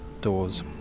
doors